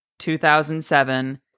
2007